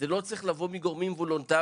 זה לא צריך לבוא מגורמים וולונטריים.